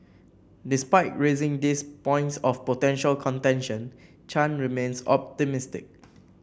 despite raising these points of potential contention Chan remains optimistic